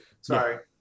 Sorry